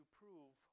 prove